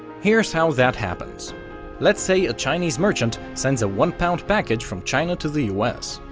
here's how that happens let's say a chinese merchant sends a one-pound package from china to the us.